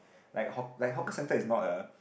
like haw~ like hawker centre is not a